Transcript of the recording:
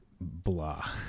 blah